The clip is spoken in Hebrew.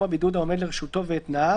הלאה.